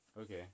Okay